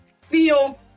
feel